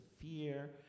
fear